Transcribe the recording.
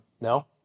No